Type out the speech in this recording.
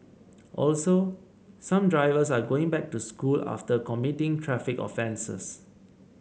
also some drivers are going back to school after committing traffic offences